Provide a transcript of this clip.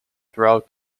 throughout